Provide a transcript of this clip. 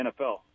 NFL